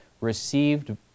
received